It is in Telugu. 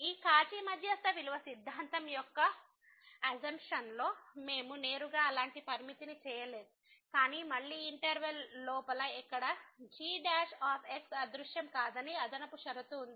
ఈ కౌచీ మధ్యస్థ విలువ సిద్ధాంతం యొక్క అసంప్షన్లో మేము నేరుగా అలాంటి పరిమితిని చేయలేదు కాని మళ్ళీ ఇంటర్వెల్ లోపల ఎక్కడా g అదృశ్యం కాదని అదనపు షరతు ఉంది